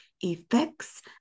effects